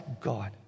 God